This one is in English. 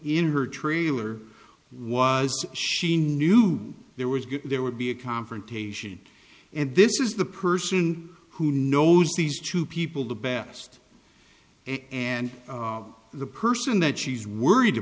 in her trailer was she knew there was good there would be a confrontation and this is the person who knows these two people the best and the person that she's worried